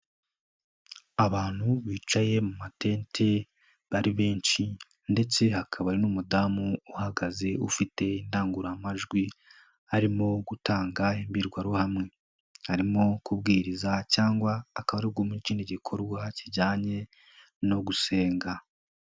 Abantu bicaye mu matente, ari benshi ndetse hakaba n'umudamu uhagaze, ufite indangururamajwi, arimo gutanga imbwirwaruhame. Arimo kubwiriza cyangwa akaari mu kindi gikorwa kijyanye no gusenga.